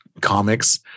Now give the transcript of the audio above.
comics